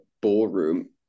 ballroom